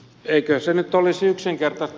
eikö se nyt olisi yksinkertaista